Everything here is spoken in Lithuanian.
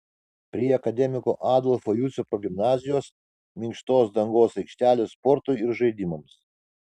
prie akademiko adolfo jucio progimnazijos minkštos dangos aikštelė sportui ir žaidimams